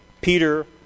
Peter